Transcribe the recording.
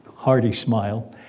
hearty smile.